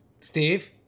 Steve